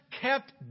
kept